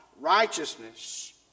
righteousness